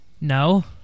No